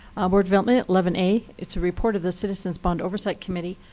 board development, eleven a, it's a report of the citizens' bond oversight committee.